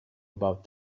about